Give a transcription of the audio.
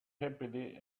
happily